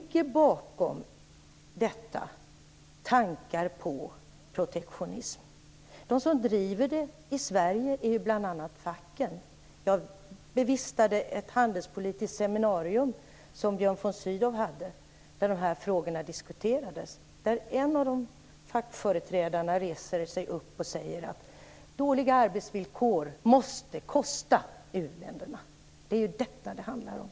Bakom detta ligger tankar på protektionism. De som driver dessa tankar i Sverige är bl.a. facken. Jag bevistade ett handelspolitiskt seminarium som Björn von Sydow ledde där dessa frågor diskuterades. En av de fackliga företrädarna reste sig då upp och sade: "Dåliga arbetsvillkor måste kosta u-länderna!" Det är ju detta som det handlar om.